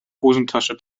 hosentasche